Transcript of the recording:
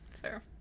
fair